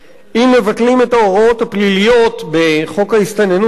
אם מבטלים את ההוראות הפליליות בחוק ההסתננות הקיים,